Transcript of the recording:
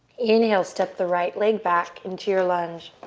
inhale, step the right leg back into your lunge.